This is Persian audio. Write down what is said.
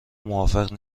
موافق